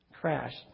Crashed